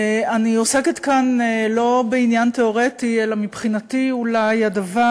אני עוסקת כאן לא בעניין תיאורטי אלא מבחינתי אולי הדבר